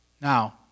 Now